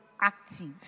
active